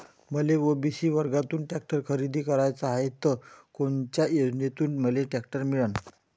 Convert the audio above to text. मले ओ.बी.सी वर्गातून टॅक्टर खरेदी कराचा हाये त कोनच्या योजनेतून मले टॅक्टर मिळन?